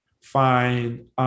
find